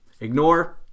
ignore